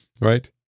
Right